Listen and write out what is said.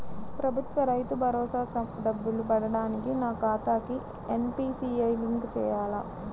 ప్రభుత్వ రైతు భరోసా డబ్బులు పడటానికి నా ఖాతాకి ఎన్.పీ.సి.ఐ లింక్ చేయాలా?